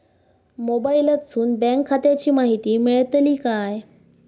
मोबाईलातसून बँक खात्याची माहिती मेळतली काय?